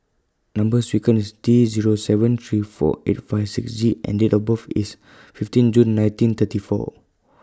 Number sequence IS T Zero seven three four eight five six Z and Date of birth IS fifteen June nineteen thirty four